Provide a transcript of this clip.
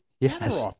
Yes